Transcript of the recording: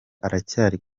aracyari